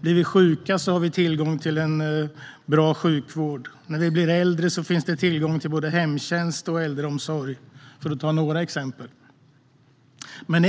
Blir vi sjuka har vi tillgång till en bra sjukvård. När vi blir äldre finns det tillgång till både hemtjänst och äldreomsorg, för att ta några exempel.